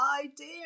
idea